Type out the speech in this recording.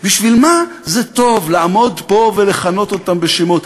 בשביל מה זה טוב לעמוד פה ולכנות אותם בשמות?